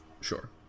Sure